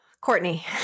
Courtney